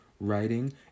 writing